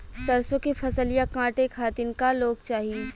सरसो के फसलिया कांटे खातिन क लोग चाहिए?